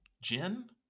Jin